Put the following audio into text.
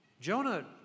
Jonah